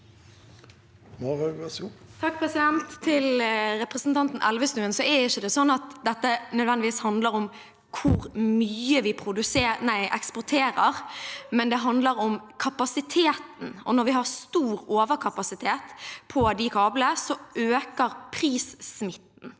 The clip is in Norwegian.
(R) Til representanten Elvestuen: Det er ikke sånn at dette nødvendigvis handler om hvor mye vi eksporterer. Det handler om kapasiteten, og når vi har stor overkapasitet på de kablene, øker prissmitten.